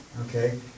Okay